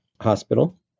Hospital